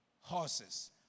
horses